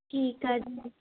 ਠੀਕ ਆ ਜੀ